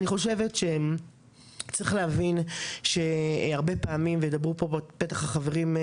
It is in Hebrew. אני חושבת שצריך להבין וידברו פה בטח החברים.